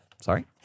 Sorry